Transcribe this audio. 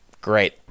Great